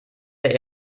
der